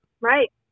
Right